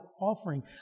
offering